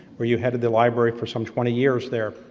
where you headed the library, for some twenty years there.